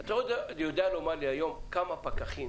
אתה יודע לומר לי היום כמה פקחים